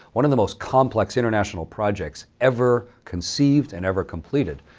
one of the most complex international projects ever conceived and ever completed.